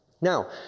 Now